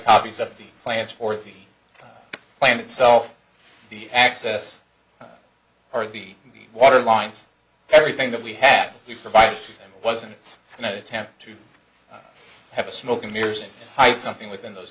copies of the plans for the plane itself the access or the water lines everything that we have that you provided wasn't an attempt to have a smoke and mirrors and hide something within those